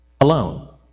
alone